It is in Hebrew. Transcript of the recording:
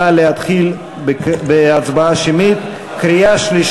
אם כן, אנחנו מצביעים על סעיף 98, לשנת 2013, ללא